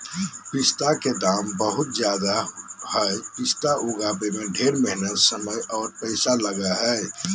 पिस्ता के दाम बहुत ज़्यादे हई पिस्ता उगाबे में ढेर मेहनत समय आर पैसा लगा हई